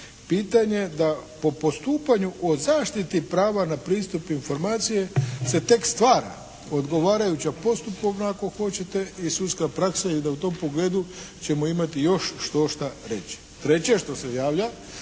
pitanje da po postupanju o zaštiti prava na pristup informacije se tek stvara odgovarajuća postupovna ako hoćete i sudska praksa i da u tom pogledu ćemo imati još štošta reći. Treće što se javlja